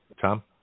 Tom